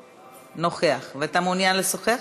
נוכח, ואתה מעוניין לשוחח?